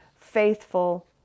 faithful